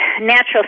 natural